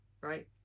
right